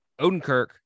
Odenkirk